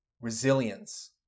resilience